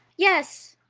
yes!